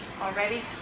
already